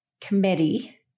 Committee